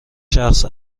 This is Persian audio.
شخص